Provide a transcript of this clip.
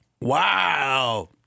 Wow